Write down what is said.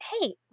hey